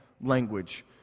language